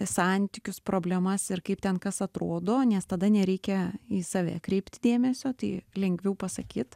santykius problemas ir kaip ten kas atrodo nes tada nereikia į save kreipti dėmesio tai lengviau pasakyt